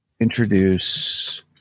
introduce